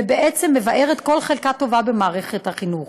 ובעצם מבערת כל חלקה טובה במערכת החינוך.